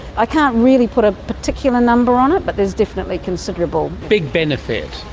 i can't really put a particular number on it but there's definitely considerable. big benefit.